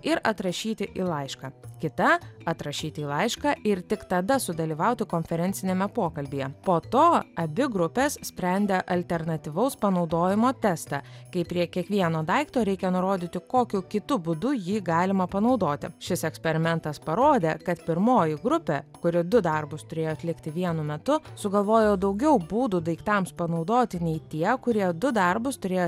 ir atrašyti į laišką kita atrašyti į laišką ir tik tada sudalyvauti konferenciniame pokalbyje po to abi grupės sprendė alternatyvaus panaudojimo testą kai prie kiekvieno daikto reikia nurodyti kokiu kitu būdu jį galima panaudoti šis eksperimentas parodė kad pirmoji grupė kuri du darbus turėjo atlikti vienu metu sugalvojo daugiau būdų daiktams panaudoti nei tie kurie du darbus turėjo